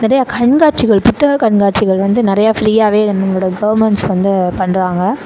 நிறையா கண்காட்சிகள் புத்தக கண்காட்சிகள் வந்து நிறைய ஃப்ரீயாகவே நம்மளோட கவர்மெண்ட்ஸ் வந்து பண்ணுறாங்க